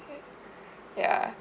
uh ya